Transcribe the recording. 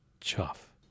Chuff